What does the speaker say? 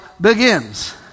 begins